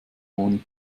moni